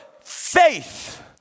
faith